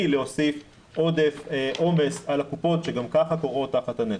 להוסיף עודף עומס על הקופות שגם ככה קורעות תחת הנטל.